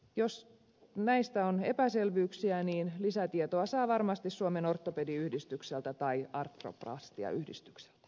jos näistä on epäselvyyksiä niin lisätietoa saa varmasti suomen ortopediyhdistykseltä tai artroplastiayhdistykseltä